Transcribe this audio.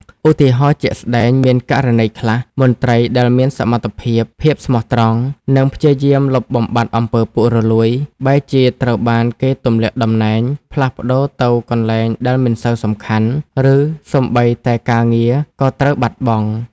ឧទាហរណ៍ជាក់ស្ដែង មានករណីខ្លះ មន្ត្រីដែលមានសមត្ថភាព ភាពស្មោះត្រង់ និងព្យាយាមលុបបំបាត់អំពើពុករលួយ បែរជាត្រូវបានគេទម្លាក់តំណែង ផ្លាស់ប្តូរទៅកន្លែងដែលមិនសូវសំខាន់ ឬសូម្បីតែការងារក៏ត្រូវបាត់បង់។